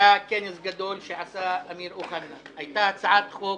היה כנס גדול שעשה אמיר אוחנה, הייתה הצעת חוק